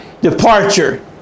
departure